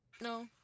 No